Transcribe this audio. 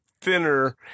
thinner